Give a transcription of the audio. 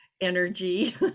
energy